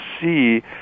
see